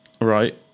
Right